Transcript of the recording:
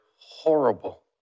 horrible